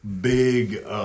big